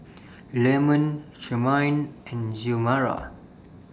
Leamon Charmaine and Xiomara